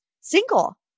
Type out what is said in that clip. single